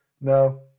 No